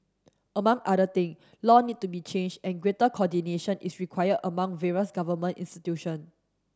among other thing law need to be changed and greater coordination is required among various government institution